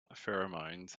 pheromones